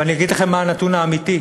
ואני אגיד לכם מה הנתון האמיתי,